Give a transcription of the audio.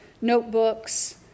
notebooks